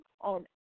on